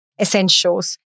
essentials